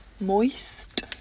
Moist